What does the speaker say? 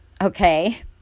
okay